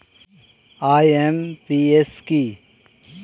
IMPS কি?